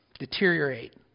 deteriorate